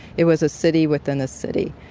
it was a city within a city.